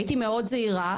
הייתי מאוד זהירה,